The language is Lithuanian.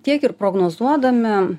tiek ir prognozuodami